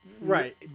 Right